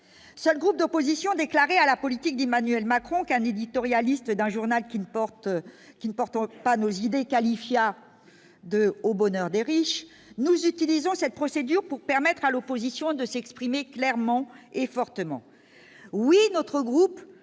seul groupe d'opposition déclarée à la politique d'Emmanuel Macron, un éditorialiste d'un journal qui ne porte qui ne pas nos idées, qualifiant de Au bonheur des riches, nous utilisons cette procédure pour permettre à l'opposition de s'exprimer clairement et fortement oui notre groupe